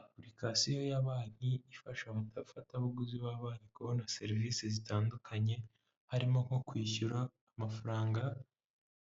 Apurikasiyo ya banki, ifasha abafatabuguzi bayo kubona serivisi zitandukanye, harimo nko kwishyura amafaranga,